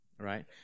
Right